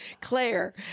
Claire